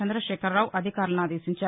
చంద్రశేఖరరావు అధికారులను ఆదేశించారు